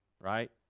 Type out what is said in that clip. right